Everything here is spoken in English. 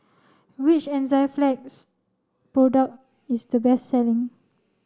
which Enzyplex product is the best selling